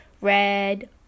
red